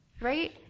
Right